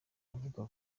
kuvuga